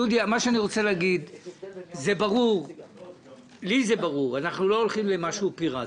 דודי, לי ברור שאנחנו לא הולכים למשהו פיראטי.